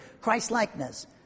Christ-likeness